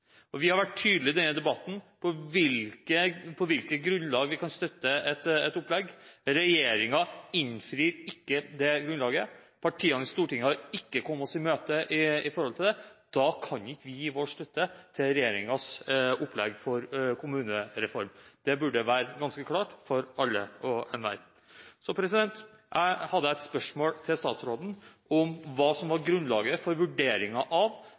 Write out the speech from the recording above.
Vi har vært tydelige i denne debatten om hvilke grunnlag vi kan støtte et opplegg på. Regjeringen innfrir ikke det grunnlaget. Partiene i Stortinget har ikke kommet oss i møte. Da kan ikke vi gi vår støtte til regjeringens opplegg til kommunereform. Det burde være ganske klart for alle og enhver. Jeg hadde et spørsmål til statsråden om hva som var grunnlaget for vurderingen av